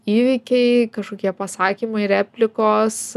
įvykiai kažkokie pasakymai replikos